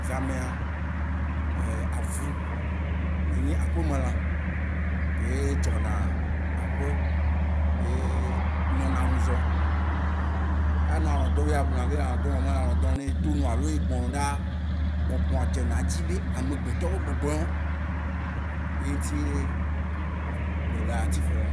Zã mea, avu, enyi aƒe me lã keye dzɔ na aƒe, keye nɔna nudzɔ. Anɔ alɔ dɔm ye abu na be ele alɔ dɔm. vɔa mele alɔ dɔm oo. Ne eto nu alo egbɔ nɔ ɖa, gbɔgbɔa dze na edzi be ame gbetɔ be gbɔgbɔ yewan. Eye ŋuti ye be le actif be le